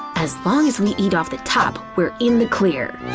as long as we eat off the top, we're in the clear!